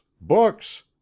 BOOKS